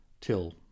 Till